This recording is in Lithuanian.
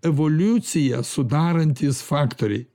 evoliuciją sudarantys faktoriai